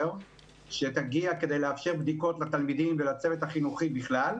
שתגיע כדי לאפשר בדיקות לתלמידים ולצוות החינוכי בכלל.